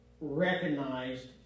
recognized